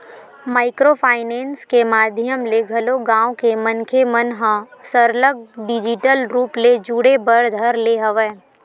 micro finance के माधियम ले घलो गाँव के मनखे मन ह सरलग डिजिटल रुप ले जुड़े बर धर ले हवय